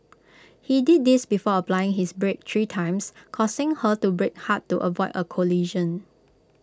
he did this before applying his brakes three times causing her to brake hard to avoid A collision